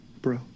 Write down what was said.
bro